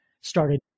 started